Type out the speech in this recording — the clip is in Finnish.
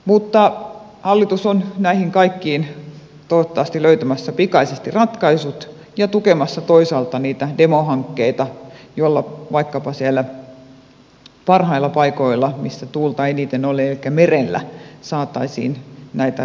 mutta hallitus on näihin kaikkiin toivottavasti löytämässä pikaisesti ratkaisut ja tukemassa toisaalta niitä demohankkeita joilla vaikkapa siellä parhailla paikoilla missä tuulta eniten on elikkä merellä saataisiin näitä liikkeelle